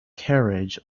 carriage